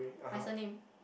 my surname